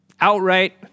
outright